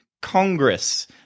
Congress